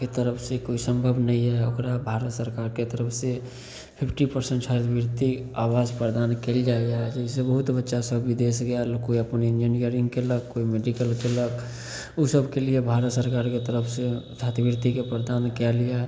के तरफसे कोइ सम्भव नहि यऽ ओकरा भारत सरकारके तरफसे फिफ्टी परसेन्ट छात्रवृति आवास प्रदान कएल जाइए जइसे बहुत बच्चासभ विदेश गेल कोइ अपन इन्जीनियरिन्ग कएलक कोइ मेडिकल कएलक ओसबके लिए भारत सरकारके तरफसे छात्रवृतिके प्रदान कएल गेल